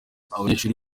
abanyeshuri